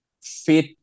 fit